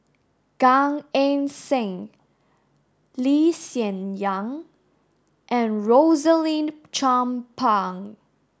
Gan Eng Seng Lee Hsien Yang and Rosaline Chan Pang